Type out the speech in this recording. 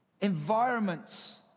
environments